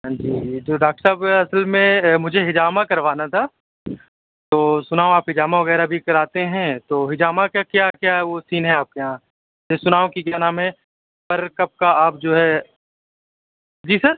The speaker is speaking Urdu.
جی جی تو ڈاکٹر صاحب اصل میں مجھے ہجامہ کروانا تھا تو سُنا ہوں آپ ہجامہ وغیرہ بھی کراتے ہیں تو ہجامہ کا کیا کیا وہ سین ہے آپ کے یہاں سُنا ہوں کہ کیا نام ہے سر کب کا آپ جو ہے جی سر